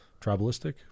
tribalistic